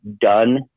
done